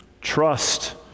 Trust